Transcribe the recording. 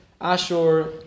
Ashur